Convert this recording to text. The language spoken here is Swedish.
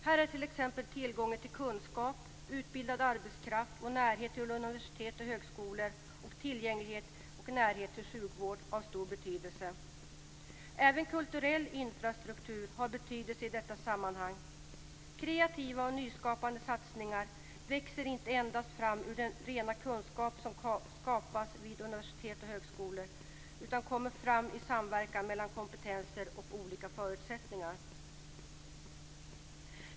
Här är t.ex. tillgången till kunskap och utbildad arbetskraft, närhet till universitet och högskolor och tillgänglighet och närhet till sjukvård av stor betydelse. Även kulturell infrastruktur har betydelse i detta sammanhang. Kreativa och nyskapande satsningar växer inte endast fram ur den rena kunskap som skapas vid universitet och högskolor utan kommer fram i samverkan mellan kompetenser med olika förutsättningar.